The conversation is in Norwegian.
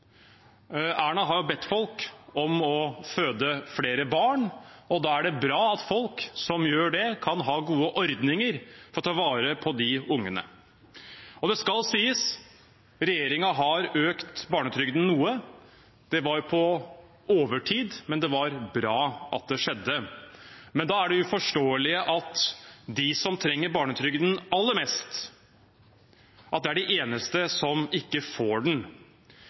Erna har bedt folk om å føde flere barn, og da er det bra at folk som gjør det, kan ha gode ordninger for å ta vare på de barna. Det skal sies at regjeringen har økt barnetrygden noe. Det var på overtid, men det var bra at det skjedde. Da er det uforståelige at de som trenger barnetrygden aller mest, er de eneste som ikke får den.